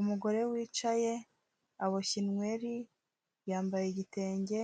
Umugore wicaye aboshye inyweri, yambaye igitenge,